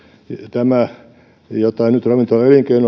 tämä jota nyt ravintolaelinkeino